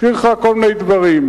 נזכיר לך כל מיני דברים.